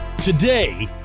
today